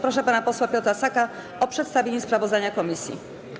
Proszę pana posła Piotra Saka o przedstawienie sprawozdania komisji.